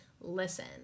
listen